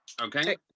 okay